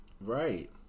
Right